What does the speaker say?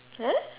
!huh!